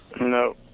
No